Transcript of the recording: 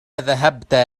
ذهبت